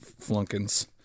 flunkins